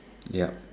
yep